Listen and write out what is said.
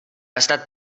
estat